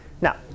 Now